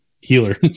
healer